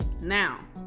now